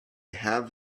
have